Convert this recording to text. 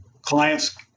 clients